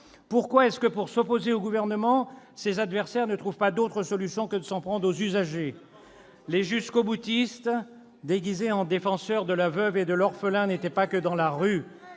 Pourquoi, pour s'opposer au Gouvernement, ses adversaires ne trouvent-ils pas d'autre solution que de s'en prendre aux usagers ? Les jusqu'au-boutistes déguisés en défenseurs de la veuve et de l'orphelin n'étaient pas uniquement dans la rue.